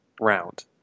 round